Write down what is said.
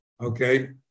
okay